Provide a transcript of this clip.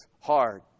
hard